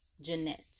Jeanette